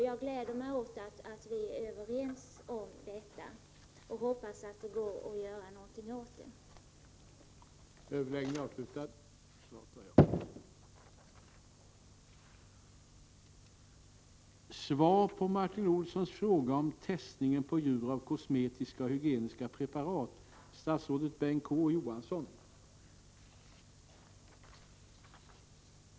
Jag gläder mig åt att vi är överens om detta och hoppas att det går att göra någonting åt nedläggningsplanerna.